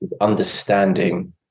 understanding